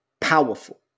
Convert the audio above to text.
powerful